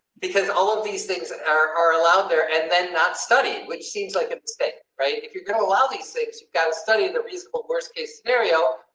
because all of these things are allowed there and then not study, which seems like a mistake. right? if you're going to allow these things you've got to study the reasonable worst case scenario,